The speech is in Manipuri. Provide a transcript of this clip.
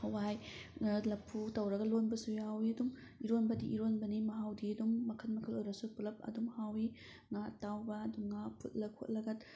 ꯍꯋꯥꯏ ꯂꯐꯨ ꯇꯧꯔꯒ ꯂꯣꯟꯕꯁꯨ ꯋꯥꯎꯋꯤ ꯑꯗꯨꯝ ꯏꯔꯣꯟꯕꯗꯤ ꯏꯔꯣꯟꯕꯅꯤ ꯃꯍꯥꯎꯗꯤ ꯑꯗꯨꯝ ꯃꯈꯜ ꯃꯈꯜ ꯑꯣꯏꯔꯁꯨ ꯄꯨꯂꯞ ꯑꯗꯨꯝ ꯍꯥꯎꯋꯤ ꯉꯥ ꯑꯇꯥꯎꯕ ꯑꯗꯨꯝ ꯉꯥ ꯐꯨꯠꯂ ꯈꯣꯠꯂꯒ